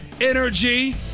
energy